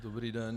Dobrý den.